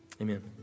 amen